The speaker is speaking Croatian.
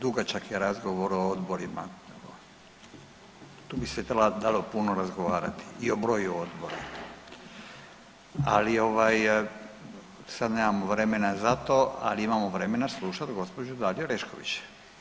Dugačak je razgovor o odborima, tu bi se dalo puno razgovarati i o broju odbora, ali ovaj sad nemamo vremena za to, ali imamo vremena slušati gospođu Daliju Orešković.